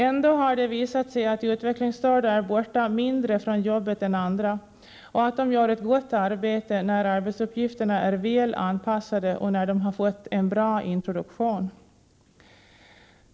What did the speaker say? Ändå har det visat sig att utvecklingsstörda är borta från jobbet mindre än andra och att de gör ett gott arbete när arbetsuppgifterna är väl anpassade och när de fått en bra introduktion.